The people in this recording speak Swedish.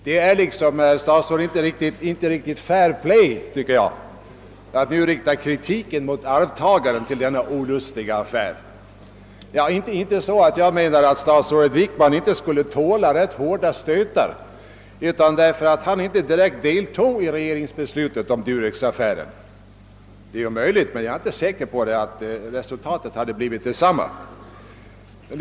Jag tycker liksom inte att det är riktigt fair play, herr statsråd, att nu rikta kritiken mot arvtagaren till denna olustiga affär. Inte så att jag menar, att statsrådet Wickman inte skulle tåla rätt hårda stötar, utan snarare därför att statsrådet Wickman inte direkt deltog i regeringsbeslutet om Duroxaffären. Möjligt är ju — men jag är inte säker på det — att resultatet hade blivit detsamma även om herr Wickman hade varit med om behandlingen av ärendet.